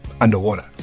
underwater